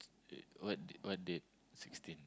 it what date what date sixteen